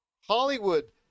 Hollywood